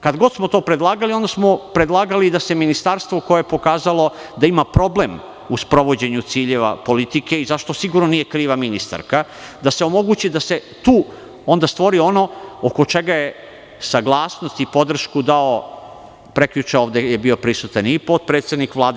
Kad god smo to predlagali, onda smo predlagali da se ministarstvo koje je pokazalo da ima problem u sprovođenju ciljeva politike i za šta sigurno nije kriva ministarka, da se omogući da se tu onda stvori ono oko čega je saglasnost i podršku dao, prekjuče ovde prisutan i potpredsednik Vlade.